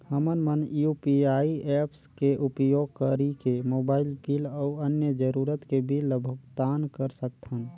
हमन मन UPI apps के उपयोग करिके मोबाइल बिल अऊ अन्य जरूरत के बिल ल भुगतान कर सकथन